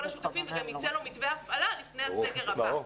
השותפים וגם ייצא לו מתווה הפעלה לפני הסגר הבא,